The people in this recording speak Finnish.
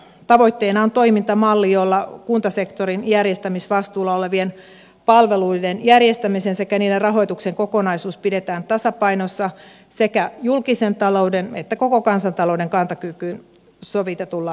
tavoitteena on toimintamalli jolla kuntasektorin järjestämisvastuulla olevien palveluiden järjestämisen sekä niiden rahoituksen kokonaisuus pidetään tasapainossa sekä julkisen talouden että koko kansantalouden kantokykyyn sovitetulla tasolla